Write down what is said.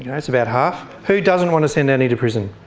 yeah that's about half. who doesn't want to send annie to prison?